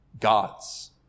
gods